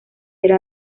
era